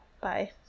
Bye